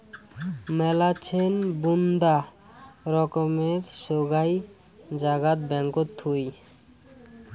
মেলাছেন বুন্দা রকমের সোগায় জাগাত ব্যাঙ্কত থুই